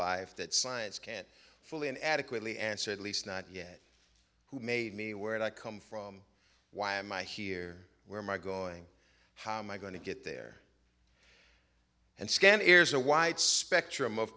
life that science can't fully and adequately answered least not yet who made me where i come from why am i here where my going how am i going to get there and scan airs a wide spectrum of